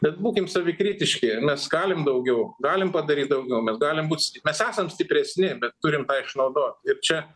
bet būkim savikritiški nes galim daugiau galim padaryt daugiau mes galim būt st mes esam stipresni bet turim tą išnaudot ir čia